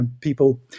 people